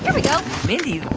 we go mindy,